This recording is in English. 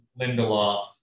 Lindelof